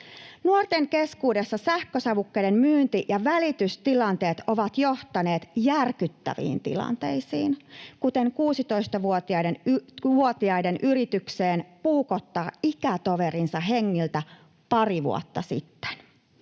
Nuorten keskuudessa sähkösavukkeiden myynti- ja välitystilanteet ovat johtaneet järkyttäviin tilanteisiin, kuten 16-vuotiaiden yritykseen puukottaa ikätoverinsa hengiltä pari vuotta sitten.